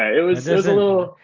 ah it was. it was a little.